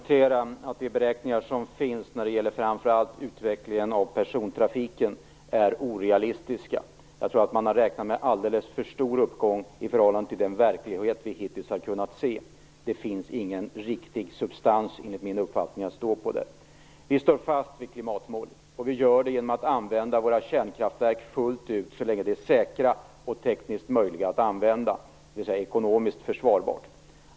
Herr talman! De beräkningar som finns när det gäller framför allt utvecklingen av persontrafiken är orealistiska. Jag tror att man har räknat med alldeles för stor uppgång i förhållande till den verklighet vi hittills har kunnat se. Det finns enligt min uppfattning igen riktig substans att stå på. Vi står fast vid klimatmålet. Vi gör det genom att använda våra kärnkraftverk fullt ut så länge de är säkra och tekniskt möjliga att använda, dvs. ekonomiskt försvarbara.